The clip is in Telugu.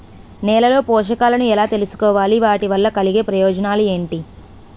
నేలలో పోషకాలను ఎలా తెలుసుకోవాలి? వాటి వల్ల కలిగే ప్రయోజనాలు ఏంటి?